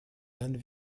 dann